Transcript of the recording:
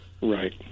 Right